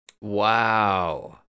Wow